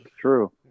true